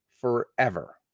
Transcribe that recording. forever